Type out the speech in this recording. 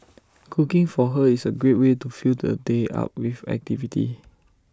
cooking for her is A great way to fill the day up with activity